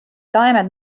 taimed